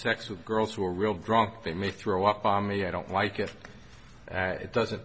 sex with girls who are real drunk they may throw up on me i don't like it it doesn't